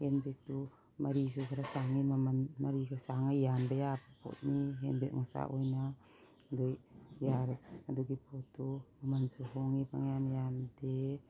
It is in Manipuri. ꯍꯦꯟ ꯕꯦꯒꯇꯨ ꯃꯔꯤꯁꯨ ꯈꯔ ꯁꯥꯡꯏ ꯃꯃꯟ ꯃꯔꯤ ꯈꯔ ꯁꯥꯡꯉꯒ ꯌꯥꯟꯕ ꯌꯥꯕ ꯄꯣꯠꯅꯤ ꯍꯦꯟ ꯕꯦꯒ ꯃꯆꯥ ꯑꯣꯏꯅ ꯑꯗꯨ ꯑꯗꯨꯒꯤ ꯄꯣꯠꯇꯨ ꯃꯃꯟꯁꯨ ꯍꯣꯡꯏ ꯄꯪꯌꯥꯝ ꯌꯥꯝꯗꯦ